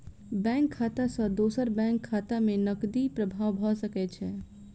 bank खाता सॅ दोसर बैंक खाता में नकदी प्रवाह भ सकै छै